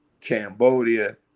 Cambodia